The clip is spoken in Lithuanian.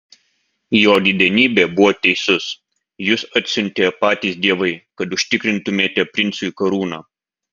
jo didenybė buvo teisus jus atsiuntė patys dievai kad užtikrintumėte princui karūną